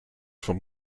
from